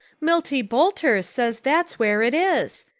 milty boulter says that's where it is.